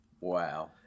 Wow